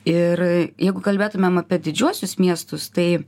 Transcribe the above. ir jeigu kalbėtumėm apie didžiuosius miestus tai